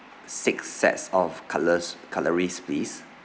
six sets of cutle~ cutleries please